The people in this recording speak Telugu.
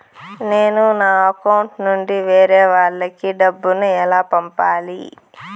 నేను నా అకౌంట్ నుండి వేరే వాళ్ళకి డబ్బును ఎలా పంపాలి?